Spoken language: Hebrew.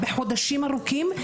בחודשים ארוכים,